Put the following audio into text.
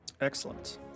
Excellent